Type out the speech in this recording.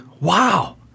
wow